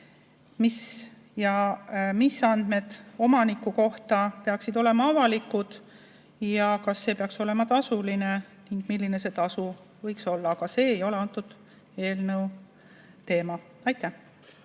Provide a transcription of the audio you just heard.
küsimus, mis andmed omaniku kohta peaksid olema avalikud ja kas [nende vaatamine] peaks olema tasuline ning milline see tasu võiks olla. Aga see ei ole antud eelnõu teema. Andres